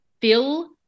Fill